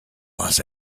los